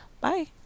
bye